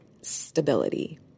stability